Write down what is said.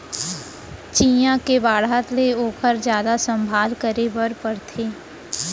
चियॉ के बाढ़त ले ओकर जादा संभाल करे बर परथे